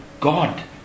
God